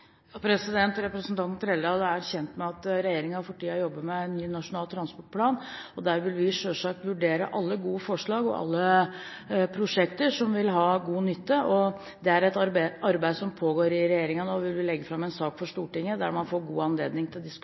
Representanten Trældal er kjent med at regjeringen for tiden jobber med en ny Nasjonal transportplan, og der vil vi selvsagt vurdere alle gode forslag og alle prosjekter som vil ha god nytte. Det er et arbeid som pågår i regjeringen nå. Vi vil legge fram en sak for Stortinget der man får god anledning til å